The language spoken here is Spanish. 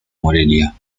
morelia